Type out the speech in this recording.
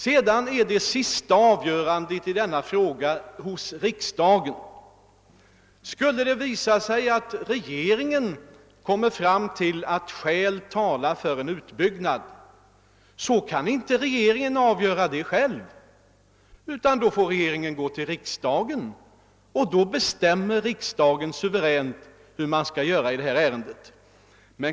Till sist vilar avgörandet i denna fråga hos riksdagen. Skulle det visa sig att regeringen finner skäl tala för en utbyggnad, kan inte regeringen avgöra saken själv, utan den får gå till riksdagen, och riksdagen bestämmer suveränt hur man skall göra i detta ärende.